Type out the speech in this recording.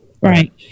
Right